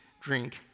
drink